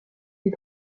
des